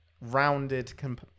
rounded